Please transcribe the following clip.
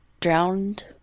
drowned